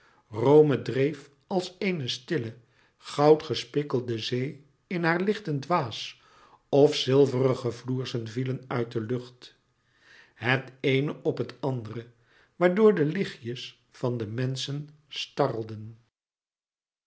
rome dreef als eene stille goudgespikkelde zee in haar lichtend waas of zilverige floersen vielen uit de lucht het eene op het andere waardoor de lichtjes van de menschen